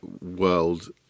world